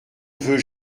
veux